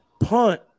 punt